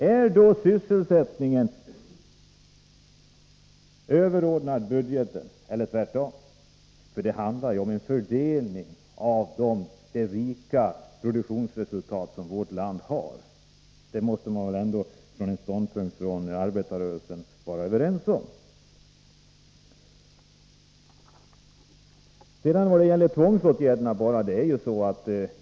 Är då sysselsättningen överordnad budgeten eller tvärtom? Det handlar om en fördelning av de goda produktionsresultat som vårt land har. Den ståndpunkten måste man väl ändå vara överens om inom arbetarrörelsen.